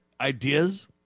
ideas